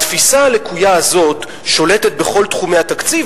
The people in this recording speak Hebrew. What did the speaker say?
והתפיסה הלקויה הזאת שולטת בכל תחומי התקציב,